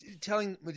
telling